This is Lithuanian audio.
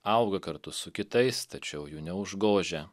auga kartu su kitais tačiau jų neužgožia